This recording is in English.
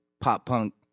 pop-punk